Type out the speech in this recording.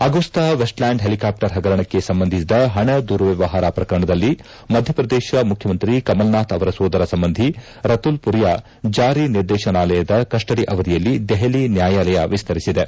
Agusta Westland helicopter ಹಗರಣಕ್ಕೆ ಸಂಬಂಧಿಸಿದ ಹಣ ದುರ್ವ್ಯವಹಾರ ಪ್ರಕರಣದಲ್ಲಿ ಮಧ್ಯಪ್ರದೇಶ ಮುಖ್ಯಮಂತ್ರಿ ಕಮಲ್ನಾಥ್ ಅವರ ಸೋದರ ಸಂಬಂಧಿ ರತುಲ್ ಪುರಿಯ ಜಾರಿ ನಿರ್ದೇಶನಾಲಯದ ಕಸ್ಸಡಿ ಅವಧಿಯನ್ನು ದೆಹಲಿ ನ್ಯಾಯಾಲಯ ವಿಸ್ತರಿಸಿದೆ